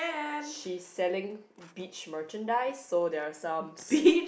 she's selling beach merchandise so there are some